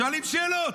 שואלים שאלות.